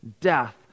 Death